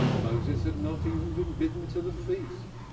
moses had not even been bidden to the feast,